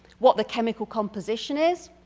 what the chemical composition is,